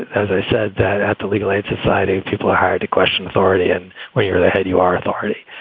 as i said, that at the legal aid society, people are hired to question authority. and when you're the head, you are authority.